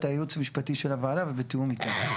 הייעוץ המשפטי של הוועדה ובתיאום איתה.